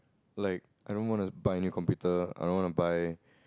like I don't wanna buy any computer I don't wanna buy